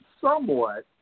somewhat